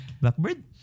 Blackbird